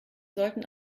sollten